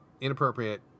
inappropriate